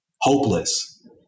hopeless